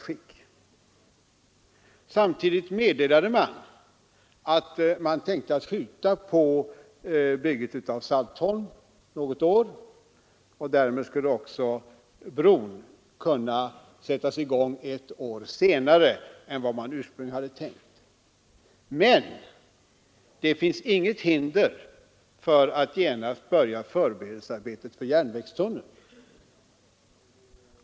Samtidigt meddelade man att man tänkte skjuta på byggandet av Saltholm ett år, och därmed skulle också brobygget komma att sättas i gång ett år senare än vad man ursprungligen hade tänkt. Men det finns inget hinder för att genast börja förberedelsearbetet för järnvägstunneln.